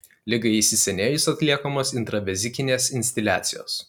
ligai įsisenėjus atliekamos intravezikinės instiliacijos